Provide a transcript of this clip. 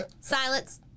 Silence